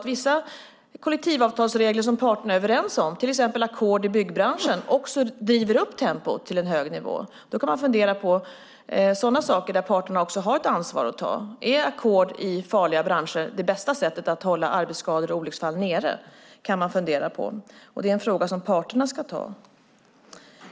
Vissa kollektivavtalsregler som parterna är överens om, till exempel ackord i byggbranschen, driver också upp tempot till en hög nivå. Man kan fundera på sådana saker där parterna har ett ansvar att ta. Är ackord i farliga branscher det bästa sättet att hålla antalet arbetsskador och olycksfall nere? Det kan man fundera på. Det är en fråga som parterna ska ta upp.